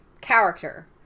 character